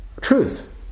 truth